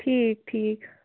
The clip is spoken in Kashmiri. ٹھیٖک ٹھیٖک